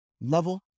Level